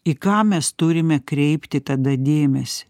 į ką mes turime kreipti tada dėmesį